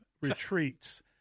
retreats